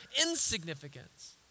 insignificance